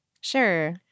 Sure